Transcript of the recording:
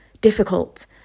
difficult